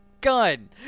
gun